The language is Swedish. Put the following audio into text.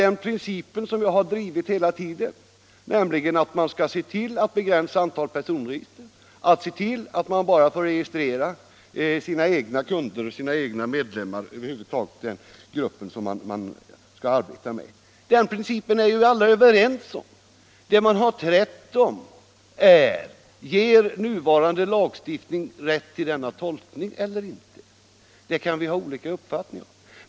Den princip som jag hela tiden har drivit, nämligen att man skall begränsa antalet personregister, att man bara får registrera sina egna kunder eller medlemmar - Över huvud taget den grupp som man skall arbeta med — är vi ju alla överens om. Det man har trätt om är: Ger nuvarande lagstiftning rätt till denna tolkning eller inte? Där kan vi ha olika uppfattningar.